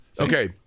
Okay